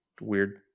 weird